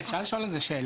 אפשר לשאול שאלה?